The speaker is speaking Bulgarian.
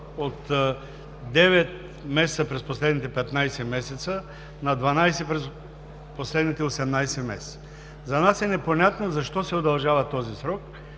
от 9 месеца през последните 15 месеца на 12 месеца през последните 18 месеца. За нас е непонятно защо се удължава този срок?